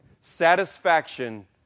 Satisfaction